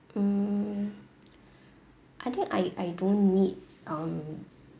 mm I think I I don't need um